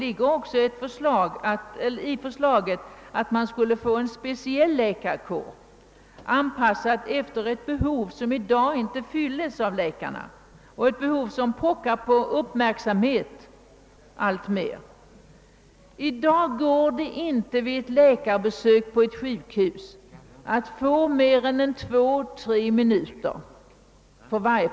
I förslaget ligger också att man skall få en speciell läkarkår, anpassad efter ett behov som i dag inte kan fyllas av läkaren. Detta är ett behov som alltmer pockar på uppmärksamhet. I dag kan en patient vid ett besök på ett sjukhus inte få mer än 2-—3 minuter hos läkaren.